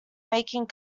making